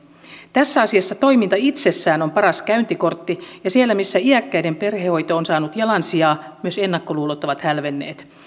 tässä asiassa toiminta itsessään on paras käyntikortti ja siellä missä iäkkäiden perhehoito on saanut jalansijaa myös ennakkoluulot ovat hälvenneet